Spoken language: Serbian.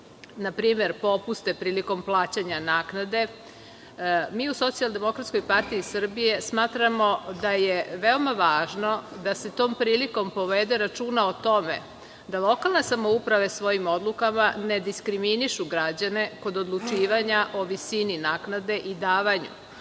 npr. popuste prilikom plaćanja naknade, mi u SDPS smatramo da je veoma važno da se tom prilikom povede računa o tome da lokalnesamouprave svojim odlukama ne diskriminišu građane kod odlučivanja o visini naknade i davanju